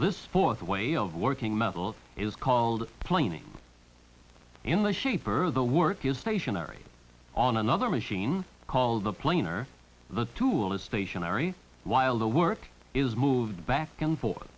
this fourth way of working metal is called planing in the shape or the work is stationary on another machine called the planer the tool is stationary while the work is moved back and forth